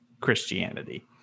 Christianity